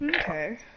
Okay